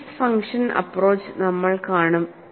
Green's function approach നമ്മൾ കാണും